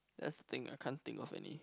that's the thing I can't think of any